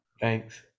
thanks